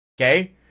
Okay